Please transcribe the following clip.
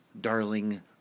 darling